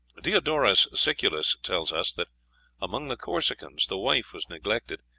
diodorus siculus tells us that among the corsicans the wife was neglected,